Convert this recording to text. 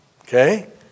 Okay